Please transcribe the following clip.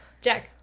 Jack